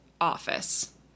office